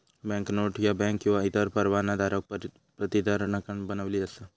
banknote ह्या bank किंवा इतर परवानाधारक प्राधिकरणान बनविली असा